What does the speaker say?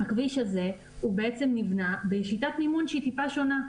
הכביש הזה הוא בעצם נבנה בשיטת מימון שהיא טיפה שונה.